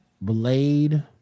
Blade